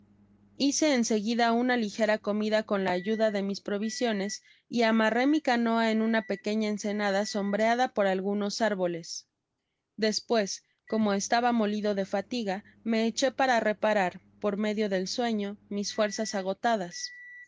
hice en seguida una ligera comida con la ayuda de mis provisiones y amarré mi canoa en una pequeña ensenada sombreada por al gunos árboles despues como estababa molido de fatiga me ebhé para reparar por medio dei sueño mis fuerzas agotadas